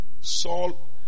Saul